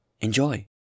Enjoy